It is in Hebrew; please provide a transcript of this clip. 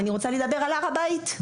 הר הבית.